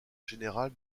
général